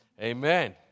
Amen